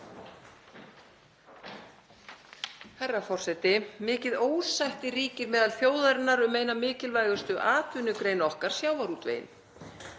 Herra forseti. Mikið ósætti ríkir meðal þjóðarinnar um eina mikilvægustu atvinnugrein okkar, sjávarútveginn.